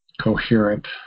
coherent